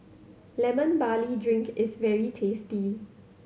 Lemon Barley Drink is very tasty